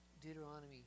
Deuteronomy